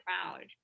proud